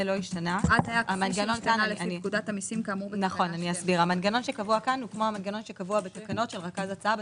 הכספים 2025 יראו כאילו בתקנות העיקריות,